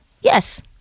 Yes